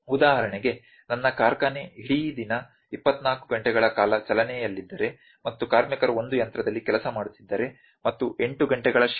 ಉದಾಹರಣೆಗೆ ನನ್ನ ಕಾರ್ಖಾನೆ ಇಡೀ ದಿನ 24 ಗಂಟೆಗಳ ಕಾಲ ಚಾಲನೆಯಲ್ಲಿದ್ದರೆ ಮತ್ತು ಕಾರ್ಮಿಕರು ಒಂದು ಯಂತ್ರದಲ್ಲಿ ಕೆಲಸ ಮಾಡುತ್ತಿದ್ದರೆ ಮತ್ತು 8 ಗಂಟೆಗಳ ಶಿಫ್ಟ್ ಇದೆ